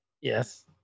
Yes